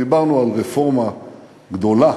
דיברנו על רפורמה גדולה